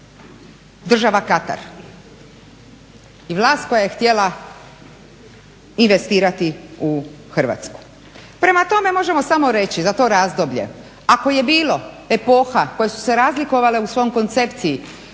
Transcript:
država Katar i vlast koja je htjela investirati u Hrvatsku. Prema tome, možemo samo reći za to razdoblje ako je bilo epoha koje su se razlikovale u svojoj koncepciji